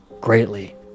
greatly